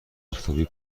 آفتابی